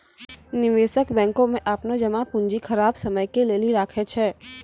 निवेशक बैंको मे अपनो जमा पूंजी खराब समय के लेली राखै छै